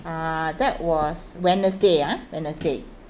uh that was wednesday ah wednesday